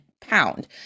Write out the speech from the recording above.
pound